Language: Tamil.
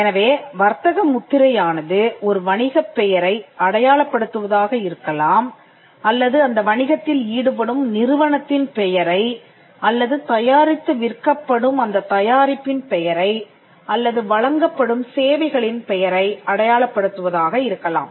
எனவே வர்த்தக முத்திரையானது ஒரு வணிகப் பெயரை அடையாளப் படுத்துவதாக இருக்கலாம் அல்லது அந்த வணிகத்தில் ஈடுபடும் நிறுவனத்தின் பெயரை அல்லது தயாரித்து விற்கப்படும் அந்த தயாரிப்பின் பெயரை அல்லது வழங்கப்படும் சேவைகளின் பெயரை அடையாளப் படுத்துவதாக இருக்கலாம்